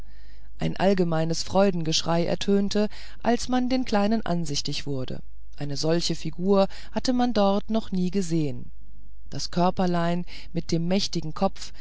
ein allgemeines freudengeschrei ertönte als man den kleinen ansichtig wurde eine solche figur hatte man dort noch nie gesehen das körperlein mit dem mächtigen kopf